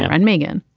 and megan.